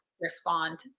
respond